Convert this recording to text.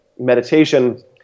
meditation